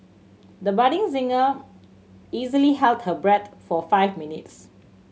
the budding singer easily held her breath for five minutes